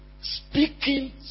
speaking